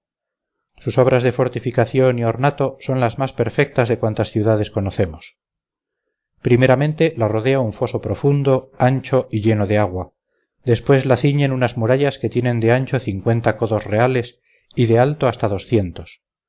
sus obras de fortificación y ornato son las más perfectas de cuantas ciudades conocemos primeramente la rodea un foso profundo ancho y lleno de agua después la ciñen unas murallas que tienen de ancho cincuenta codos reales y de alto hasta doscientos